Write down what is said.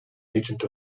agent